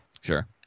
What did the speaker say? Sure